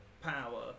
power